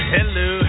Hello